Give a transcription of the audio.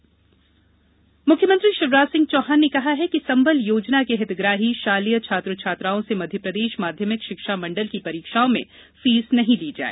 परीक्षा फीस संबल यो हितग्राही मुख्यमंत्री शिवराज सिंह चौहान ने कहा कि संबल योजना के हितग्राही शालेय छात्र छात्राओं से मध्यप्रदेश माध्यमिक शिक्षा मंडल की परीक्षाओं में फीस नहीं ली जाए